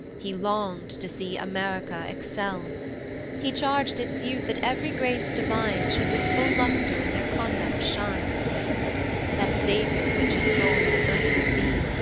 he long'd to see america excell he charg'd its youth that ev'ry grace divine should with full lustre in their conduct shine that saviour, which his soul did first receive,